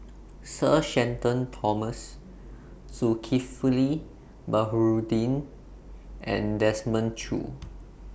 Sir Shenton Thomas Zulkifli Baharudin and Desmond Choo